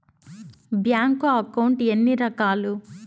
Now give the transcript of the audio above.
bank account ఎన్ని రకాలు